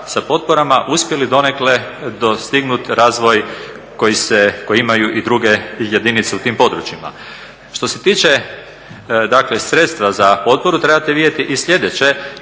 sa potporama uspjeli donekle dostignuti razvoj koji se, koji imaju i druge jedinice u tim područjima. Što se tiče dakle sredstva za potporu, trebate vidjeti i sljedeće